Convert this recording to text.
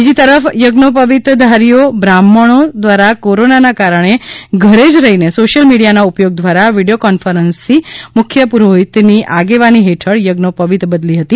બીજી તરફ યજ્ઞોપવિતધારીઓ બ્રાહ્મણો દ્વારા કોરોનાના કારણે ઘરે જ રહીને સોશ્યલ મીડિયાના ઉપયોગ દ્વારા વીડિયો કોન્ફરન્સથી મુખ્ય પુરોહિતની આગેવાની હેઠળ યજ્ઞોપવિત બદલી હતી